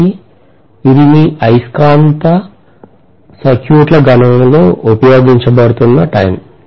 కాబట్టి ఇది మీ అయస్కాంత సర్క్యూట్ల గణనలలో ఉపయోగించబడుతున్న టైమ్